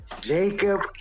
Jacob